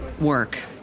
work